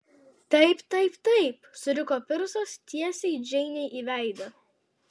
taip taip taip suriko pirsas tiesiai džeinei į veidą